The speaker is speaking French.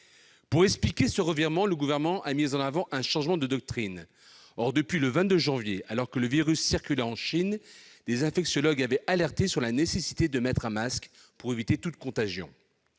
Pour expliquer ce revirement, le Gouvernement a mis en avant un changement de doctrine. Or, depuis le 22 janvier dernier, alors que le virus circulait en Chine, des infectiologues ont signalé la nécessité de mettre un masque pour éviter toute contagion.